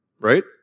right